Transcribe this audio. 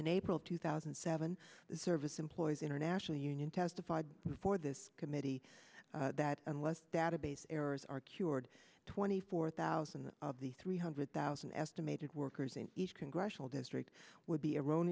in april two thousand and seven service employees international union testified before this committee that unless database errors are cured twenty four thousand of the three hundred thousand estimated workers in each congressional district would be